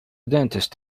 dentist